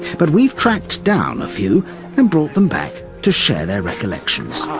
but we've tracked down a few and brought them back to share their recollections.